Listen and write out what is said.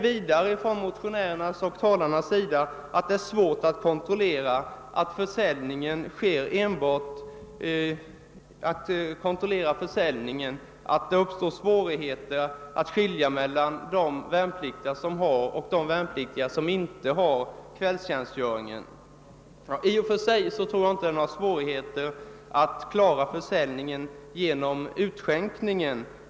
Vidare har motionärer och andra talare anfört att det är svårt att kontrollera ölförsäljningen och att skilja på värnpliktiga med och utan kvällstjänstgöring. I och för sig tror jag inte att det är några svårigheter med att kontrollera försäljningen vid utskänkningen.